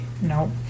No